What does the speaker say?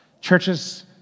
Churches